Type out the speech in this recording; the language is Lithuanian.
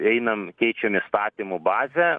einam keičiam įstatymų bazę